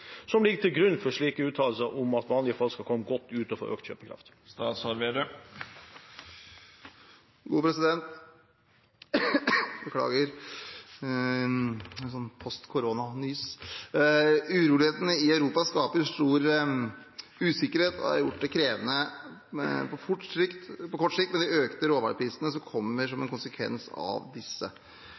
som ligger til grunn for uttalelsen om at vanlige folk skal komme godt ut og få økt kjøpekraft?» Urolighetene i Europa skaper stor usikkerhet og har gjort det krevende på kort sikt med de økte råvareprisene som kommer som en konsekvens av disse.